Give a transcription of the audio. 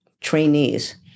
trainees